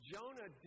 Jonah